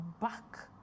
back